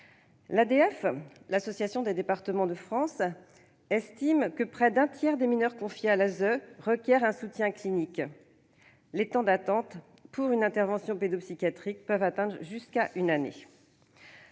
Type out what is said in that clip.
L'ADF, l'Assemblée des départements de France, estime que près d'un tiers des mineurs confiés à l'ASE requièrent un soutien clinique. Les temps d'attente pour une intervention pédopsychiatrique peuvent aller jusqu'à une année.